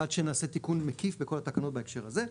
עד שנעשה תיקון מקיף לכל התקנות בהקשר הזה.